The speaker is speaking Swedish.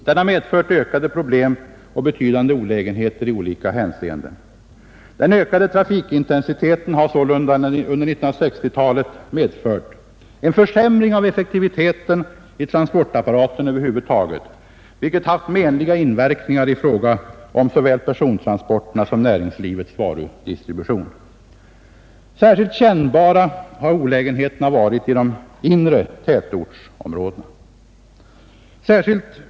Den har medfört ökade problem och betydande olägenheter i olika hänseenden. Den ökade trafikintensiteten har sålunda under 1960-talet medfört en försämring av effektiviteten i transportapparaten över huvud taget, vilket haft menliga inverkningar för såväl persontransporterna som näringslivets varudistribution. Särskilt kännbara har olägenheterna varit i de inre tätortsområdena.